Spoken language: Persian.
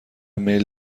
میل